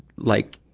like,